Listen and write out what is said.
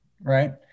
right